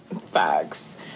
facts